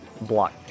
block